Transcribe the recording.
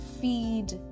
feed